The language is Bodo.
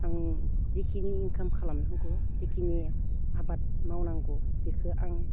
आं जिखिनि इन्काम खालामनो नांगौ जिखिनि आबाद मावनांगौ बेखो आं